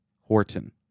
Horton